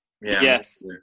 Yes